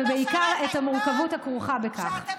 ובעיקר את המורכבות הכרוכה בכך.